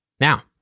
Now